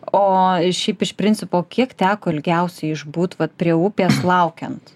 o šiaip iš principo kiek teko ilgiausiai išbūt vat prie upės laukiant